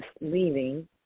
leaving